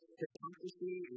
hypocrisy